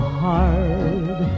hard